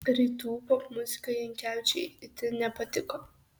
rytų popmuzika jankevičiui itin nepatiko